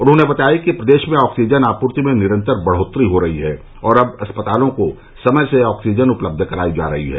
उन्होंने बताया कि प्रदेश में ऑक्सीजन आपूर्ति में निरन्तर बढ़ोत्तरी हो रही है और अब अस्पतालों को समय से ऑक्सीजन उपलब्ध कराई जा रही है